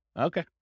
Okay